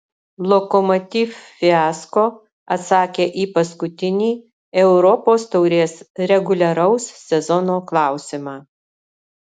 lokomotiv fiasko atsakė į paskutinį europos taurės reguliaraus sezono klausimą